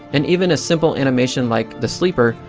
and even a simple animation like the sleeper,